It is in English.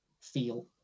feel